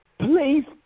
please